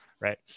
Right